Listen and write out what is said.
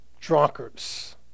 drunkards